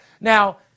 Now